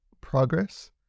progress